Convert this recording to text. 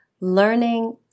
learning